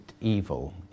Evil